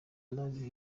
love